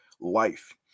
life